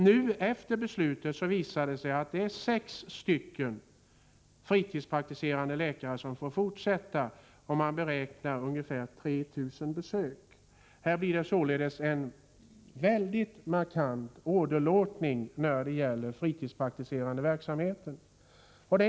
Efter Dagmarbeslutet visar det sig att det är sex stycken fritidspraktiserande läkare som får fortsätta, och man räknar med ungefär 3 000 besök. Här blir det således en väldigt markant åderlåtning när det gäller den fritidspraktiserande verksamheten.